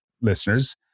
listeners